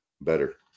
better